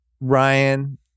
Ryan